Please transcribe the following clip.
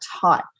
type